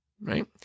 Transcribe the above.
right